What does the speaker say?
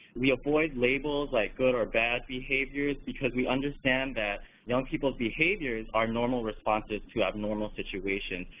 we avoid labels like good or bad behaviors because we understand that young people's behaviors are normal responses to abnormal situations,